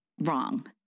wrong